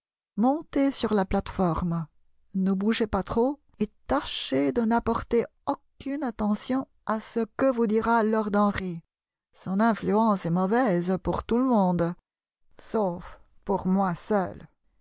montez sur la plate-forme ne bougez pas trop et tâchez de n'apporter aucune attention à ce que vous dira lord henry son influence est mauvaise pour tout le monde sauf pour moi seul